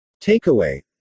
Takeaway